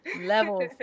levels